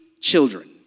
children